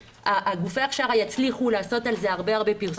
גופי ההכשרה יצליחו לעשות על זה הרבה פרסום